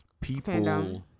people